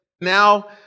now